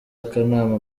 akanama